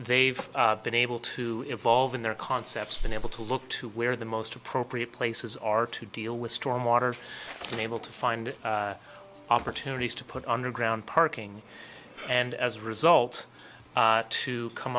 they've been able to evolve in their concepts been able to look to where the most appropriate places are to deal with storm water been able to find opportunities to put underground parking and as a result to come